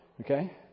Okay